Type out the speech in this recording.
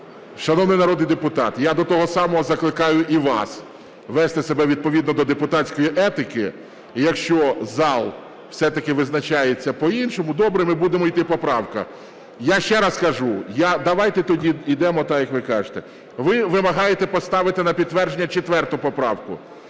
Шановний народний депутат, я до того самого закликаю і вас – вести себе відповідно до депутатської етики, якщо зал все-таки визначається по-іншому. Добре, ми будемо йти по правках. Я ще раз кажу… Давайте тоді йдемо так як ви кажете. Ви вимагаєте поставити на підтвердження 4 поправку.